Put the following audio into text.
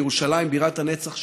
בירושלים בירת הנצח שלנו,